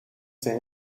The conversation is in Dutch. zijn